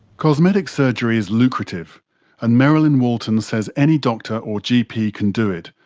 cosmetic surgery is lucrative and merrilyn walton says any doctor or gp can do it,